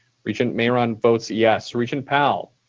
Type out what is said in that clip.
regent mayeron votes yes. regent powell?